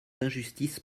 d’injustice